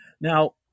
Now